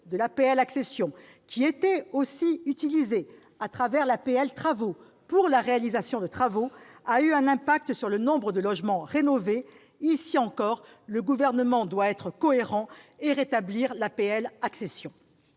de l'APL accession qui était aussi utilisée, au travers de l'APL travaux, pour la réalisation de travaux a eu un impact sur le nombre de logements rénovés. Ici encore, le Gouvernement doit être cohérent et rétablir l'APL accession.